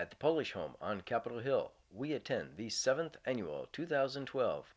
at the polish home on capitol hill we attend the seventh annual two thousand and twelve